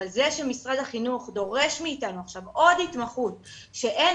אבל זה שמשרד החינוך דורש מאתנו עכשיו עוד התמחות שאין